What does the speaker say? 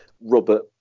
Robert